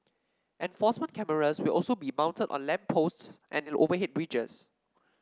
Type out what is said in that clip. enforcement cameras will also be mounted on lamp posts and overhead bridges